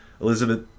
Elizabeth